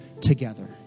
together